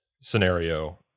scenario